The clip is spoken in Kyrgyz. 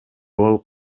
болуп